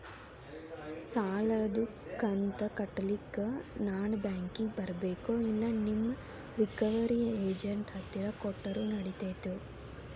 ಸಾಲದು ಕಂತ ಕಟ್ಟಲಿಕ್ಕೆ ನಾನ ಬ್ಯಾಂಕಿಗೆ ಬರಬೇಕೋ, ಇಲ್ಲ ನಿಮ್ಮ ರಿಕವರಿ ಏಜೆಂಟ್ ಹತ್ತಿರ ಕೊಟ್ಟರು ನಡಿತೆತೋ?